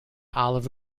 olive